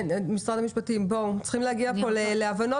משרד המשפטים, צריך להגיע להבנות.